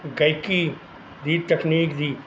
ਗਾਇਕੀ ਦੀ ਤਕਨੀਕ ਦੀ